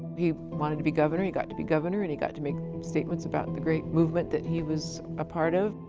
he wanted to be governor. he got to be governor, and he got to make statements about the great movement that he was a part of.